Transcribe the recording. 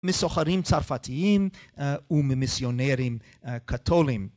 מסוחרים צרפתיים וממיסיונרים קתולים.